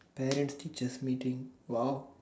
parent teachers meeting !wow!